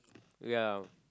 ya